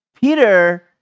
Peter